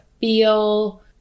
feel